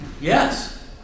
Yes